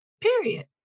Period